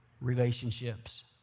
Relationships